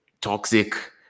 toxic